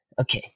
Okay